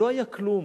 לא היה כלום.